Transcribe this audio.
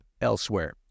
elsewhere